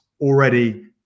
already